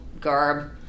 garb